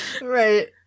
Right